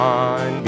on